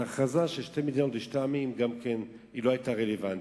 ההכרזה של שתי מדינות לשני עמים גם כן לא היתה רלוונטית,